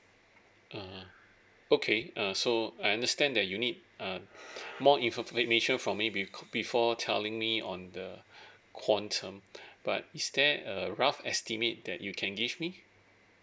uh okay uh so I understand that you need ah more information from me be~ before telling me on the quantum but is there a rough estimate that you can give me